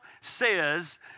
says